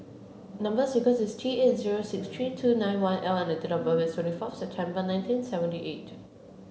number sequence is T eight zero six three two nine one L and date of birth is twenty fourth September nineteen seventy eight